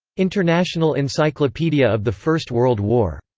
international encyclopedia of the first world war.